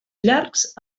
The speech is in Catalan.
llargs